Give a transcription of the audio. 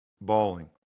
bawling